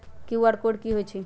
QR code कि हई छई?